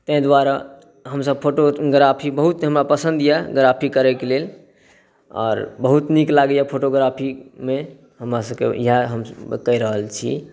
ताहि दुआरे हमसब फोटोग्राफी बहुत हमरा पसन्द अछि ग्राफी करय के लेल आओर बहुत नीक लगैया फोटोग्राफी मे हमरासबके इएह हमसब कहि रहल छी